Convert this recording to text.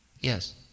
Yes